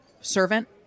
servant